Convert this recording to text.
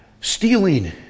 Stealing